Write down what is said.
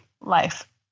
life